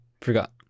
forgot